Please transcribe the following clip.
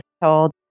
told